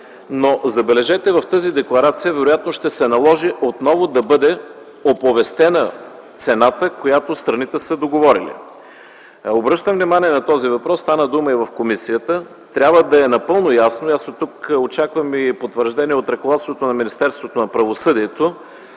Забележете, в тази декларация вероятно ще се наложи отново да бъде оповестена цената, която страните са договорили. Обръщам внимание на този въпрос, стана дума и в комисията. Трябва да е напълно ясно – аз оттук очаквам и потвърждение от ръководството на Министерството на правосъдието.